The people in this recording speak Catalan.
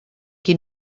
qui